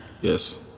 yes